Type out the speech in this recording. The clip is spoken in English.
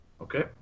Okay